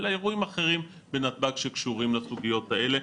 אלא אירועים אחרים בנתב"ג שקשורים לסוגיות האלה,